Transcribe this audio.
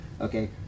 okay